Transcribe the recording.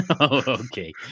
okay